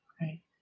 Right